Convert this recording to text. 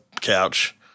couch –